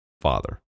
father